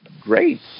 great